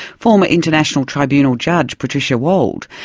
former international tribunal judge, patricia wald,